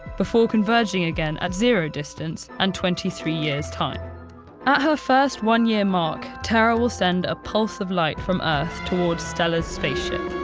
before converging again at zero distance and twenty three years' time. at her first one-year mark, terra will send a pulse of light from earth towards stella's spaceship.